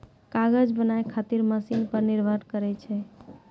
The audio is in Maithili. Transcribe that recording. कागज बनाय खातीर मशिन पर निर्भर करै छै